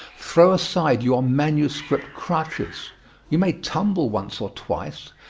throw aside your manuscript crutches you may tumble once or twice,